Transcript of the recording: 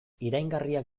iraingarriak